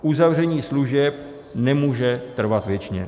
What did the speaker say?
Uzavření služeb nemůže trvat věčně.